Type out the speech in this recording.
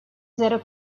zero